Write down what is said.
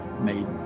made